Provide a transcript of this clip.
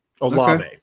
Olave